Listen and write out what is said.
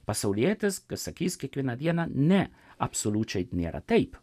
pasaulietis pasakys kiekvieną dieną ne absoliučiai nėra taip